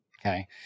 Okay